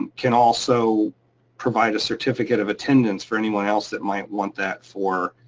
can also provide a certificate of attendance for anyone else that might want that for